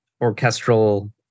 orchestral